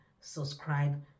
subscribe